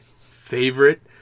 favorite